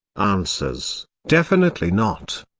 answers, definitely not.